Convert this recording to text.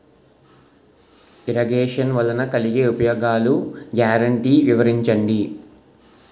Irrigation వలన కలిగే ఉపయోగాలు గ్యారంటీ వివరించండి?